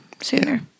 sooner